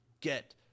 get